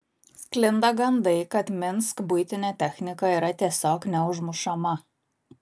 sklinda gandai kad minsk buitinė technika yra tiesiog neužmušama